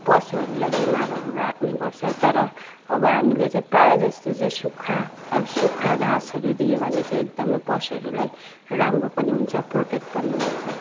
पशुहरूलाई बिमारहरू लाग्ने गर्छ तर अब हामीले चाहिँ प्राय जस्तो चाहिँ सुक्खा अब सुक्खा घाँसहरू दियो भने चाहिँ एकदमै पशुहरूलाई राम्रो पनि हुन्छ प्रोटेक्ट पनि हुन्छ